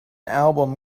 album